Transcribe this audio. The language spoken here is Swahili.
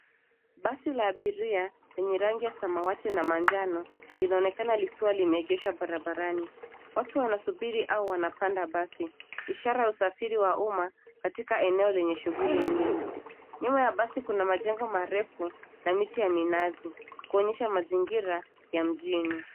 Basi la abiria lenye rangi ya samawati na manjano linaonekana likiwa limeegeshwa barabarani ,watu wanasubiri au wanapanda basi ishara ya usafiri wa umma katika eneo lenye shughuli nyingi ,nyuma ya basi kuna majengo marefu na miti ya minazi kuonyesha mazingira ya mjini.